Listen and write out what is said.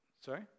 sorry